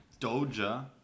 doja